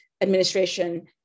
administration